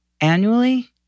annually